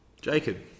Jacob